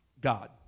God